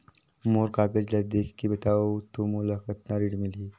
मोर कागज ला देखके बताव तो मोला कतना ऋण मिलही?